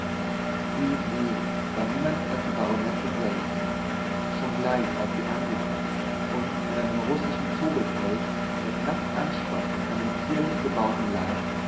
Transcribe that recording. dieses wesen war niemand als die baronesse selbst schon gleich als sie angekommen und in einem russischen zobelpelz der knapp anschloß an den zierlich gebauten leib